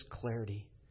clarity